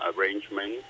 arrangement